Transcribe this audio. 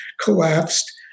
collapsed